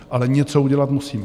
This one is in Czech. Ale něco udělat musíme.